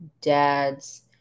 dads